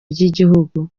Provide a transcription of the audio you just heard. ry’igihugu